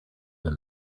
than